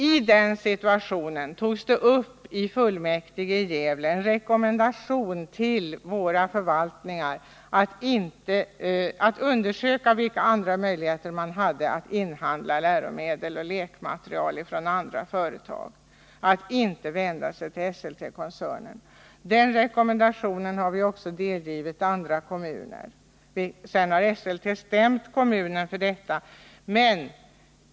I den situationen togs ärendet upp av kommunfullmäktige i Gävle, och en rekommendation utfärdades till kommunens förvaltningar att undersöka vilka andra möjligheter det fanns att inhandla läromedel och lekmateriel från andra företag och alltså inte vända sig till Esselte. Den rekommendationen har vi också delgivit andra kommuner. Sedan har Esselte stämt Gävle kommun för detta.